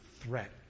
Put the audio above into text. threat